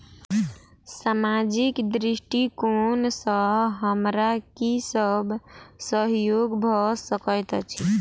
सामाजिक दृष्टिकोण सँ हमरा की सब सहयोग भऽ सकैत अछि?